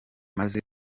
maze